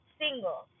single